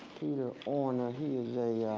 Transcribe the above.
peter orner. he is a